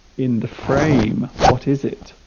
in the frame what is it